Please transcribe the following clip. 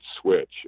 switch